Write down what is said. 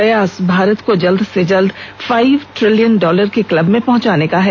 अब हमारा प्रयास भारत को जल्द से जल्द फाइव ट्रिलियन डॉलर के क्लब में पहुंचाने का है